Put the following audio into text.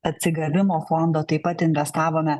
atsigavimo fondo taip pat investavome